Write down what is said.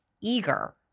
eager